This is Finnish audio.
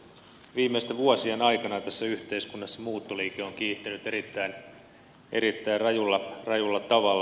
viimeisten vuosien aikana tässä yhteiskunnassa muuttoliike on kiihtynyt erittäin rajulla tavalla